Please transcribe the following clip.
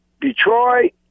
Detroit